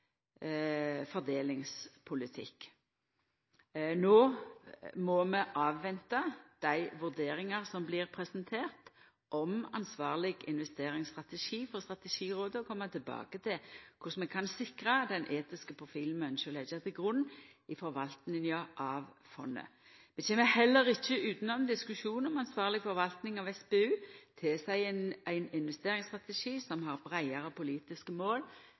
fordelingspolitikk. No må vi venta og sjå på dei vurderingane som blir presenterte om ansvarleg investeringsstrategi frå Strategirådet, og koma tilbake til korleis vi kan sikra den etiske profilen vi ynskjer å leggja til grunn i forvaltninga av fondet. Vi kjem heller ikkje utanom diskusjonen om at ansvarleg forvaltning av SPU tilseier ein investeringsstrategi som har breiare politiske mål